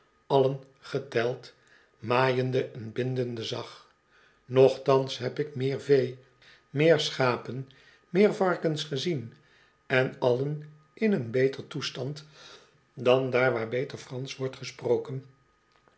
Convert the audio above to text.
allen geteld maaiende en bindende zag nochtans heb ik meer vee meer schapen meer varkens gezien en allen in een beter toestand dan daar waar beter pransch wordt gesproken